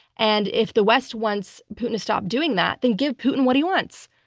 and if the west wants putin is stopped doing that, then give putin what he wants.